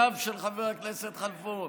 הגב של חבר הכנסת כלפון,